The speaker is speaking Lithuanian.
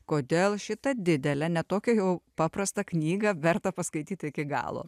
kodėl šitą didelę ne tokia jau paprastą knygą verta paskaityt iki galo